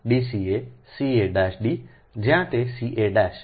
dca ca'd જ્યાં તે ca'